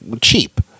Cheap